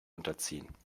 unterziehen